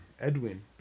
Edwin